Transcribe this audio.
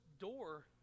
door